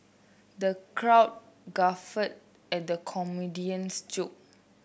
the crowd guffawed at the comedian's joke